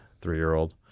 three-year-old